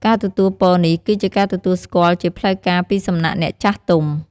ការទទួលពរនេះគឺជាការទទួលស្គាល់ជាផ្លូវការពីសំណាក់អ្នកចាស់ទុំ។